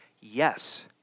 Yes